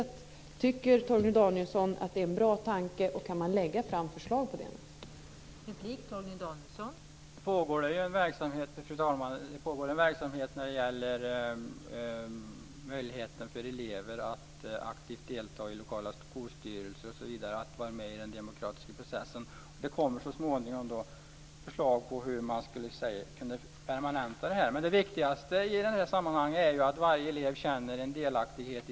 Tycker Torgny Danielsson att det är en bra tanke och kan man lägga fram ett sådant förslag?